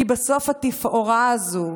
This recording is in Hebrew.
כי בסוף התפאורה הזאת,